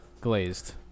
glazed